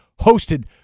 hosted